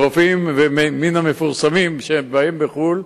רופאים מן המפורסמים בחוץ-לארץ,